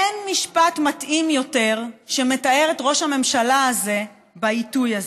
אין משפט מתאים יותר שמתאר את ראש הממשלה הזה בעיתוי הזה,